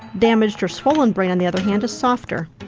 damaged or swollen brain on the other hand is softer.